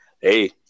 Hey